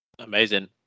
Amazing